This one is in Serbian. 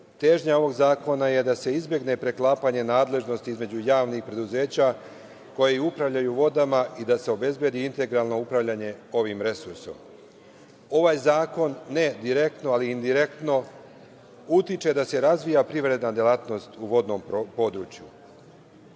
težnja ovog zakona je da se izbegne preklapanje nadležnosti između javnih preduzeća koja upravljaju vodama i da se obezbedi integralno upravljanje ovim resursom. Ovaj zakon ne direktno, ali indirektno utiče da se razvija privredna delatnost u vodnom području.